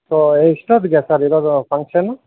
so ಎಷ್ಟೊತ್ತಿಗೆ sir ಇರೋದು function